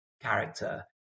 character